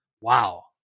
Wow